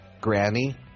Granny